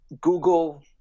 google